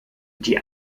die